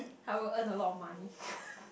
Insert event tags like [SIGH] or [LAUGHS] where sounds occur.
I would earn a lot off money [LAUGHS]